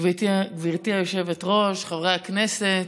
גברתי היושבת-ראש, חברי הכנסת,